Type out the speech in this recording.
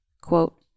quote